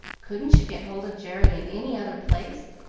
couldn't you get hold of jerry in any other place,